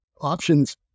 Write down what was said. options